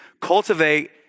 cultivate